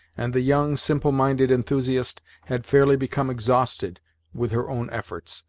and the young, simple-minded enthusiast had fairly become exhausted with her own efforts,